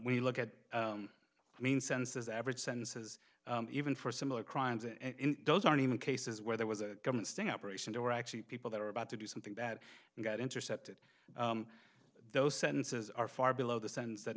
when you look at i mean census average sentences even for similar crimes in those aren't even cases where there was a government sting operation there were actually people that are about to do something that got intercepted those sentences are far below the sense that